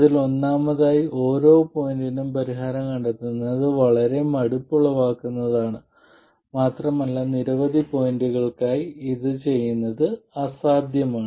അതിനാൽ ഒന്നാമതായി ഓരോ പോയിന്റിനും പരിഹാരം കണ്ടെത്തുന്നത് വളരെ മടുപ്പുളവാക്കുന്നതാണ് മാത്രമല്ല നിരവധി പോയിന്റുകൾക്കായി ഇത് ചെയ്യുന്നത് അസാധ്യമാണ്